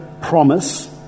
promise